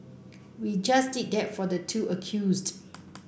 we just did that for the two accused